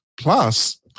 Plus